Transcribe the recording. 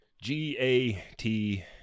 G-A-T